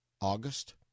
August